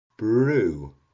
brew